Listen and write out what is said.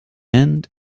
end